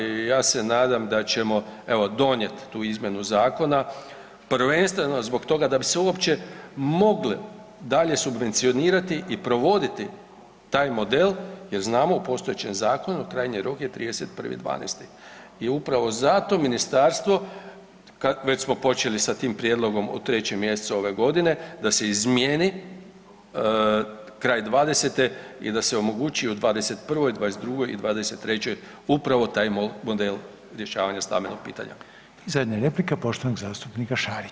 I ja se nadam da ćemo evo donijet tu izmjenu zakona, prvenstveno zbog toga da bi se uopće moglo dalje subvencionirati i provoditi taj model jer znamo u postojećem zakonu krajnji rok je 31.12. i upravo zato ministarstvo, već smo počeli s tim prijedlogom u 3. mjesecu ove godine da se izmijeni kraj '20.-te i da se omogući u '21., '22. i '23. upravo taj model rješavanja stambenog pitanja.